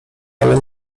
ale